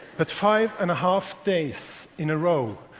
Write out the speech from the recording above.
but five and a half days in a row,